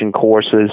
courses